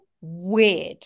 weird